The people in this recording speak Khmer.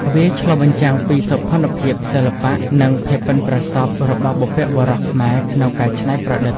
វាឆ្លុះបញ្ចាំងពីសោភ័ណភាព សិល្បៈ និងភាពប៉ិនប្រសប់របស់បុព្វបុរសខ្មែរក្នុងការច្នៃប្រឌិត។